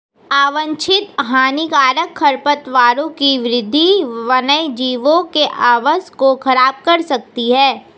अवांछित हानिकारक खरपतवारों की वृद्धि वन्यजीवों के आवास को ख़राब कर सकती है